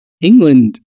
England